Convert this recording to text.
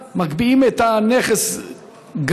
בנוסף,